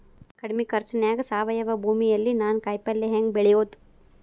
ಕಡಮಿ ಖರ್ಚನ್ಯಾಗ್ ಸಾವಯವ ಭೂಮಿಯಲ್ಲಿ ನಾನ್ ಕಾಯಿಪಲ್ಲೆ ಹೆಂಗ್ ಬೆಳಿಯೋದ್?